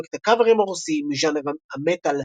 פרויקט הקאברים הרוסי מז'אנר המטאל,